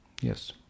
Yes